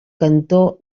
cantó